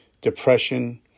depression